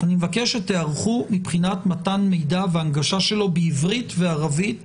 אני מבקש שתיערכו מבחינת מתן מידע והנגשה שלו - בעברית ובערבית